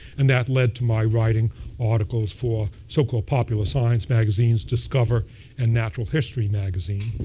and that led to my writing articles for so-called popular science magazines, discover and natural history magazine.